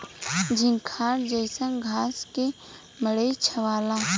झंखार जईसन घास से मड़ई छावला